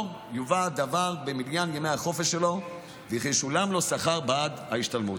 לא יובא הדבר במניין ימי החופש שלו וכי ישולם לו שכר בעד ההשתלמות.